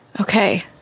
Okay